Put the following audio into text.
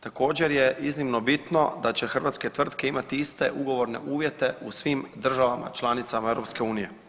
Također je iznimno bitno da će hrvatske tvrtke imati iste ugovorne uvjete u svim državama članicama EU.